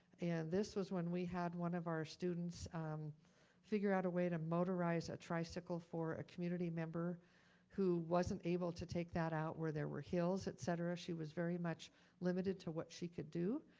and this was when we had one of our students figure out a way to motorize a tricycle for a community member who wasn't able to take that out where there were hills, et cetera. she was very much limited to what she could do.